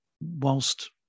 whilst